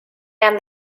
and